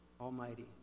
Almighty